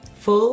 Full